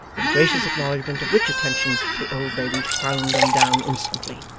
in gracious acknowledgement of which attention the old lady frowned them down instantly,